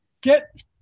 get